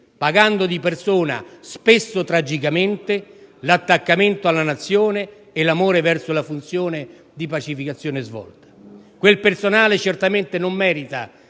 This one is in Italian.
pagando di persona, spesso tragicamente, l'attaccamento alla Nazione e l'amore verso la funzione di pacificazione svolta. La sua attività operativa